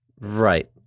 Right